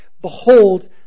Behold